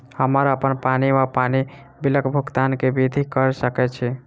हम्मर अप्पन पानि वा पानि बिलक भुगतान केँ विधि कऽ सकय छी?